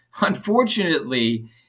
Unfortunately